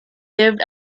lived